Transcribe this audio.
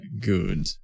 good